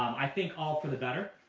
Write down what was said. i think all for the better.